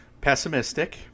Pessimistic